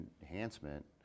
enhancement